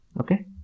Okay